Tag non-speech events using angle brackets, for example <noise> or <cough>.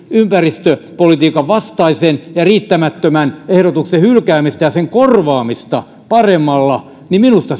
ympäristöpolitiikan vastaisen ja riittämättömän ehdotuksen hylkäämistä ja sen korvaamista paremmalla on minusta <unintelligible>